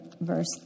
Verse